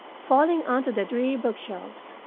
falling onto the dreary bookshelves,